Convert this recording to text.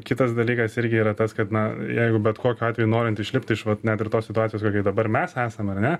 kitas dalykas irgi yra tas kad na jeigu bet kokiu atveju norint išlipti iš vat net ir tos situacijos kokioj dabar mes esam ar ne